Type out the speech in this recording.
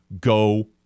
go